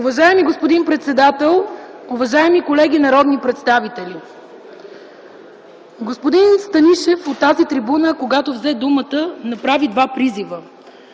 Уважаеми господин председател, уважаеми колеги народни представители! Господин Станишев от тази трибуна, когато взе думата, направи два призива.